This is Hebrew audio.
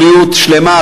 בריאות שלמה,